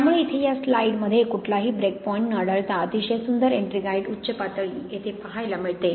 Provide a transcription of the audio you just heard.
त्यामुळे इथे या स्लाईड मध्ये कुठलाही ब्रेक पॉईंट न आढळता अतिशय सुंदर एट्रिंगाईट उच्च पातळी येथे पाहायला मिळते